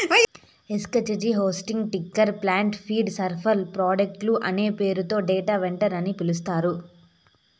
exchange hosting, ticker plant, feed, software ప్రొవైడర్లు అనే పేర్లతో డేటా వెండర్స్ ని పిలుస్తారు